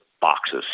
boxes